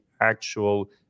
actual